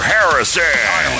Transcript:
Harrison